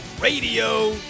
Radio